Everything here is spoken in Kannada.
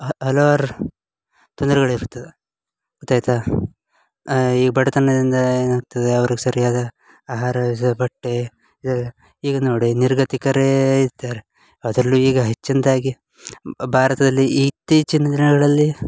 ಹ ಹಲವಾರು ತೊಂದರೆಗಳಿರ್ತದೆ ಗೊತ್ತಾಯಿತಾ ಈ ಬಡತನದಿಂದ ಏನಾಗ್ತದೆ ಅವ್ರಿಗೆ ಸರಿಯಾದ ಆಹಾರ ಜ ಬಟ್ಟೆ ಈಗ ಈಗ ನೋಡಿ ನಿರ್ಗತಿಕರೇ ಇರ್ತಾರೆ ಅದರಲ್ಲೂ ಈಗ ಹೆಚ್ಚಿನದಾಗಿ ಭಾರತದಲ್ಲಿ ಇತ್ತೀಚಿನ ದಿನಗಳಲ್ಲಿ